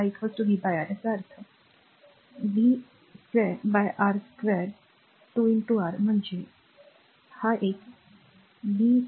i v R याचा अर्थ v2 R2 2 R म्हणजे हा एक v2 R बरोबर